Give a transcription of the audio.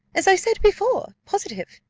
as i said before, positive!